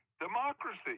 democracy